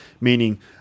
meaning